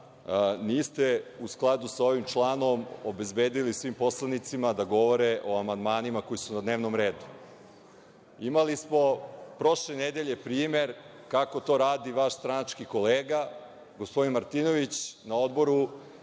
Niste u skladu sa ovim članom obezbedili svim poslanicima da govore o amandmanima koji su na dnevnom redu. Imali smo prošle nedelje primer kako to radi vaš stranački kolega, gospodin Martinović, na Odboru